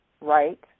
right